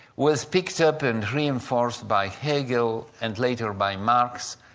was picked up and reinforced by hegel and later by marx,